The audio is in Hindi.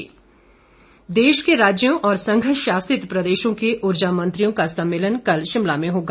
सम्मेलन देश के राज्यों और संघ शासित प्रदेशों के ऊर्जा मंत्रियों का सम्मेलन कल शिमला में होगा